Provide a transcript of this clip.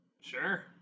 Sure